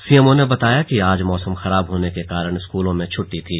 CMO ने बताया कि आज मौसम खराब होने के कारण स्कूलों में छुट्टी थी